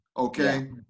Okay